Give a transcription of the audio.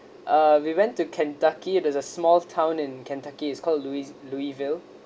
uh we went to kentucky there's a small town in kentucky it's called louise~ louisville